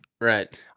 Right